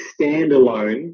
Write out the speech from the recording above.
standalone